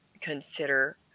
consider